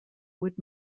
would